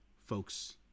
folks